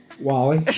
Wally